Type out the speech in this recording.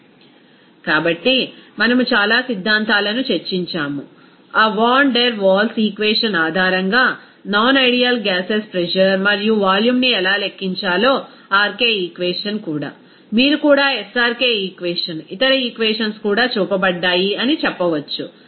refer slide టైం5443 కాబట్టి మనము చాలా సిద్ధాంతాలను చర్చించాము ఆ వాన్ డెర్ వాల్స్ ఈక్వేషన్ ఆధారంగా నాన్ ఐడీఎల్ గ్యాసెస్ ప్రెజర్ మరియు వాల్యూమ్ ని ఎలా లెక్కించాలో RK ఈక్వేషన్ కూడా మీరు కూడా SRK ఈక్వేషన్ ఇతర ఈక్వేషన్స్ కూడా చూపబడ్డాయి అని చెప్పవచ్చు